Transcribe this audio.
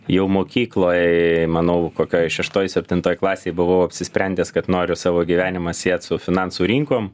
jau mokykloj manau kokioj šeštoj septintoj klasėj buvau apsisprendęs kad noriu savo gyvenimą siet su finansų rinkom